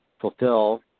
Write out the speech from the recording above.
fulfill